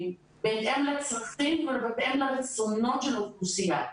בהתאם לצרכים ובהתאם לרצונות של האוכלוסייה.